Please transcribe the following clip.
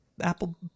Apple